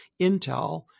Intel